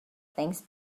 things